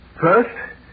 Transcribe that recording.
First